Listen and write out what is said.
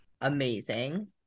Amazing